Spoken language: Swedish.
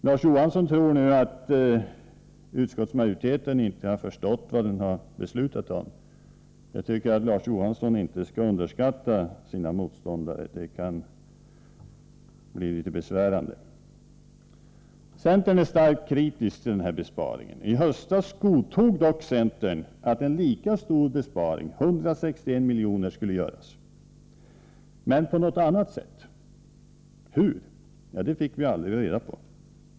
Larz Johansson tror att utskottsmajoriteten inte har förstått vad den har beslutat om. Jag tycker inte att Larz Johansson skall underskatta sina motståndare — det kan bli litet besvärande. Centern är starkt kritisk till denna besparing. I höstas godtog dock centern att en lika stor besparing, 161 miljoner, skulle göras. Men det skulle ske på något annat sätt. Hur det skulle göras fick vi aldrig reda på.